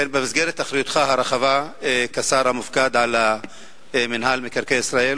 במסגרת אחריותך הרחבה כשר המופקד על מינהל קרקעי ישראל,